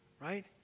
right